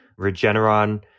Regeneron